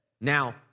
now